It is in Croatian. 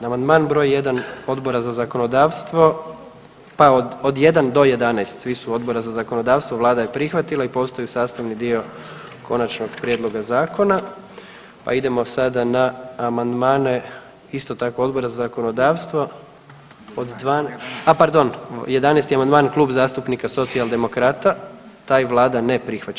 Amandman br. 1 Odbora za zakonodavstvo, pa od 1 do 11, svi su Odbora za zakonodavstvo, Vlada je prihvatila i postaju sastavni dio konačnog prijedlog zakona pa idemo sada na amandmane, isto tako, Odbora za zakonodavstvo od .../nerazumljivo/... a pardon, 11. amandman, Kluba zastupnika socijaldemokrata, taj Vlada ne prihvaća.